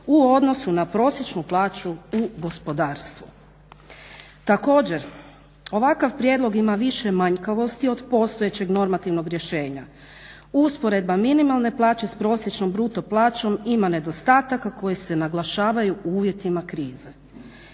u odnosu na prosječnu plaću u gospodarstvu. Također, ovakav prijedlog ima više manjkavosti od postojećeg normativnog rješenja. Usporedba minimalne plaće s prosječnom bruto plaćom ima nedostataka koji se naglašavaju u uvjetima krize.